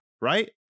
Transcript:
right